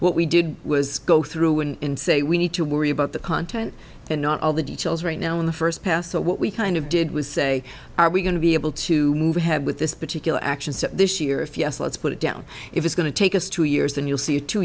what we did was go through and say we need to worry about the content and not all the details right now in the first pass so what we kind of did was say are we going to be able to move ahead with this particular action so this year if yes let's put it down if it's going to take us two years and you'll see a two